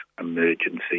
emergency